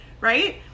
right